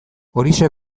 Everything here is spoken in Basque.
horixe